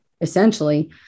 essentially